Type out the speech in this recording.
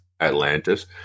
Atlantis